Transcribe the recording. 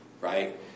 right